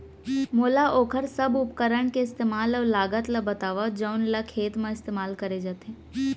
मोला वोकर सब उपकरण के इस्तेमाल अऊ लागत ल बतावव जउन ल खेत म इस्तेमाल करे जाथे?